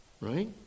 Right